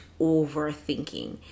overthinking